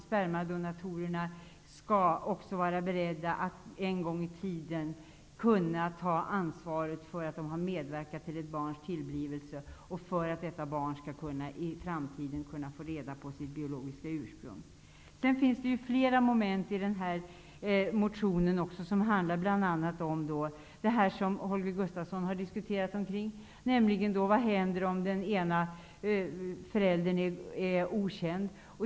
Spermadonatorerna skall vara beredda att en gång i tiden kunna ta ansvar för att de har medverkat till ett barns tillblivelse, så att detta barn i framtiden skall kunna få reda på sitt biologiska ursprung. Det finns flera moment i denna motion som handlar bl.a. om det som Holger Gustafsson har diskuterar, nämligen: Vad händer om den ena föräldern är okänd?